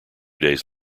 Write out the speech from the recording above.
days